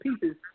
pieces